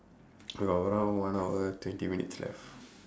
about one hour one hour twenty minutes left